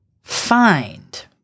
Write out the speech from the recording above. find